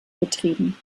betrieben